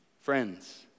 Friends